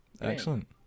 Excellent